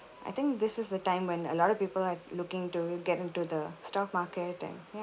I think this is a time when a lot of people are looking to get into the stock market and ya